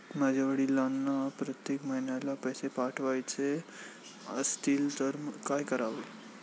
माझ्या वडिलांना प्रत्येक महिन्याला पैसे पाठवायचे असतील तर काय करावे?